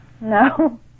no